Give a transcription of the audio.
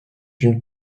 une